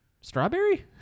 strawberry